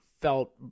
felt